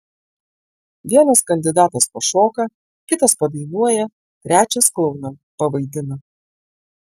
vienas kandidatas pašoka kitas padainuoja trečias klouną pavaidina